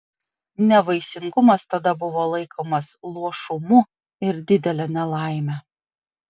nevaisingumas tada buvo laikomas luošumu ir didele nelaime